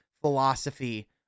philosophy